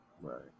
right